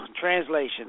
translation